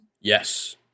Yes